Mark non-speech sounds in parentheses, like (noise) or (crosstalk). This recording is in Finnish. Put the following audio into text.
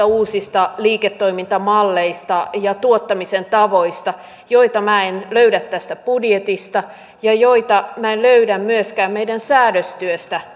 (unintelligible) uusista liiketoimintamalleista ja tuottamisen tavoista joita minä en löydä tästä budjetista ja joita minä en löydä myöskään meidän säädöstyöstämme (unintelligible)